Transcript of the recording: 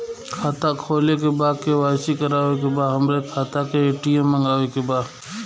खाता खोले के बा के.वाइ.सी करावे के बा हमरे खाता के ए.टी.एम मगावे के बा?